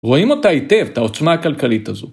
רואים אותה היטב תעוצמה כלכלית הזו.